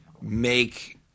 make